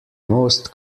most